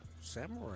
Samurai